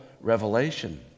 revelation